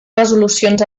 resolucions